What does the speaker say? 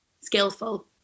skillful